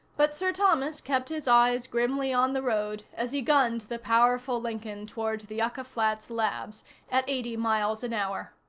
but sir thomas kept his eyes grimly on the road as he gunned the powerful lincoln toward the yucca flats labs at eighty miles an hour.